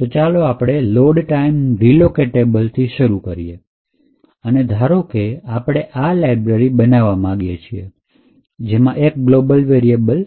તો ચાલો આપણે લોડ ટાઈમ રીલોકેટેબલload time relocatableથી શરૂ કરીએ અને ધારો કે આપણે આ લાઈબ્રેરી બનાવવા માંગીએ છીએ કે જેમાં એક ગ્લોબલ વેરિયેબલ